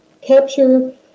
capture